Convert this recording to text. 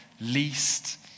least